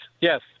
Yes